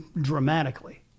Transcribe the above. dramatically